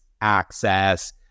access